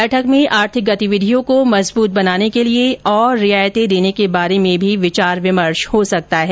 बैठक में आर्थिक गतिविधियों को मजबूत बनाने के लिए और रियायतें देने के बारे में भी विचार विमर्श हो सकता है